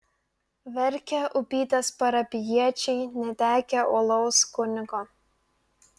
verkia upytės parapijiečiai netekę uolaus kunigo